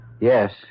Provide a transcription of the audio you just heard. Yes